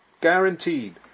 Guaranteed